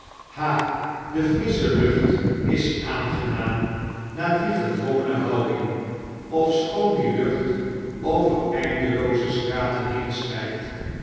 ha de frissche lucht is aangenaam na die gedwongene houding ofschoon die lucht over eindelooze straten heenstrijkt